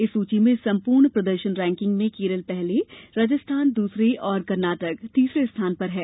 इस सूची में सम्पूर्ण प्रदर्शन रैकिंग में केरल पहले राजस्थान दूसरे और कर्नाटक तीसरे स्थान पर है